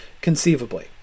Conceivably